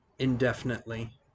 indefinitely